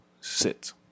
sit